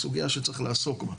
זו סוגיה שצריך לעסוק בה.